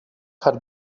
had